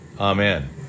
Amen